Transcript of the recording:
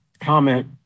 comment